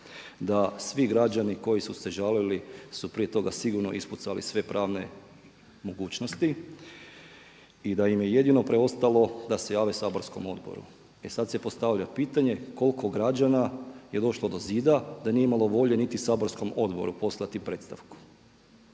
da svi građani koji su se žalili su prije toga sigurno ispucali sve pravne mogućnosti i da im je jedino preostalo da se jave saborskom odboru. E sad se postavlja pitanje koliko građana je došlo do zida da nije imalo volje niti saborskom odboru poslati predstavku.